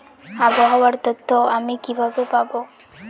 আবহাওয়ার তথ্য আমি কিভাবে পাবো?